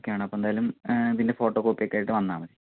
ഓക്കെയാണ് അപ്പോൾ എന്തായാലും ഇതിൻ്റെ ഫോട്ടോ കോപ്പിയൊക്കെ ആയിട്ട് വന്നാൽ മതി